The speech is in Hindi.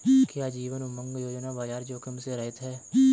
क्या जीवन उमंग योजना बाजार जोखिम से रहित है?